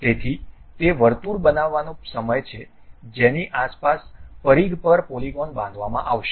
તેથી તે વર્તુળ બનાવવાનો સમય છે જેની આસપાસ પરિઘ પર પોલિગન બાંધવામાં આવશે